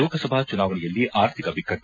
ಲೋಕಸಭಾ ಚುನಾವಣೆಯಲ್ಲಿ ಆರ್ಥಿಕ ಬಿಕ್ಕಟ್ಟು